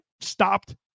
Stopped